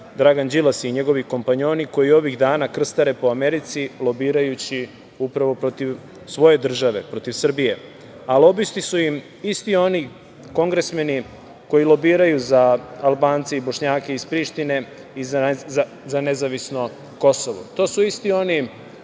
i njegovi kompanjoni koji ovih dana krstare po Americi lobirajući upravo protiv svoje države, protiv Srbije, a lobisti su im isti oni kongresmeni koji lobiraju za Albance i Bošnjake iz Prištine i za nezavisno Kosovo. To su isti oni